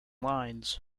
lines